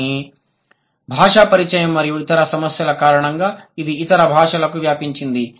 కానీ భాషా పరిచయం మరియు ఇతర సమస్యల కారణంగా అది ఇతర భాషలకు వ్యాపించింది